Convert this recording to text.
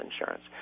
insurance